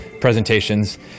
presentations